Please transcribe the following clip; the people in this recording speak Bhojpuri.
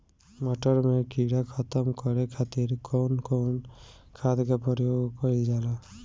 मटर में कीड़ा खत्म करे खातीर कउन कउन खाद के प्रयोग कईल जाला?